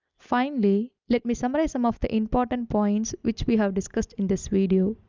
finally let me summarize some of the important points, which we have discussed in this video,